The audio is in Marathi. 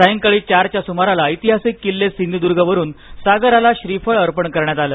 सायंकाळी चारच्या सुमाराला ऐतिहासिक किल्ले सिंधुद्गवरून सागरला श्रीफळ अर्पण करण्यात आलं